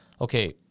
okay